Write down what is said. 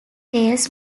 tales